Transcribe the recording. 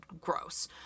gross